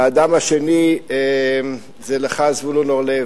האדם השני זה, לך, זבולון אורלב.